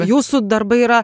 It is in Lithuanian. jūsų darbai yra